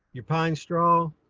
your pine straw.